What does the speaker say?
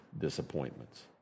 disappointments